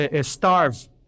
starve